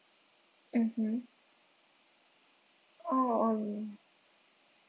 mmhmm oh okay